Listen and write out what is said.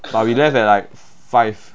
but we left at like five